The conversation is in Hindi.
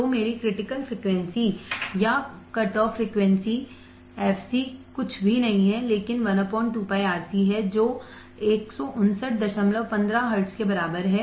तो मेरी क्रिटिकल फ्रिकवेंसी या कटऑफ फ्रिकवेंसी fc कुछ भी नहीं है लेकिन 12πRC जो 15915 हर्ट्ज के बराबर है या 15915 हर्ट्ज के बराबर है